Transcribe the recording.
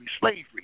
slavery